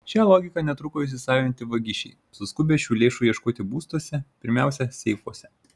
šią logiką netruko įsisavinti vagišiai suskubę šių lėšų ieškoti būstuose pirmiausia seifuose